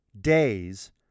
days